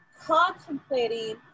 contemplating